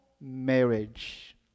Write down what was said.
marriage